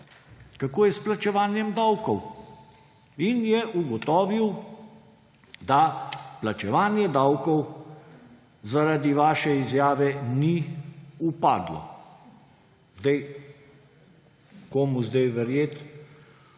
kako je s plačevanjem davkov, in je ugotovil, da plačevanje davkov zaradi vaše izjave ni upadlo. Komu zdaj verjeti?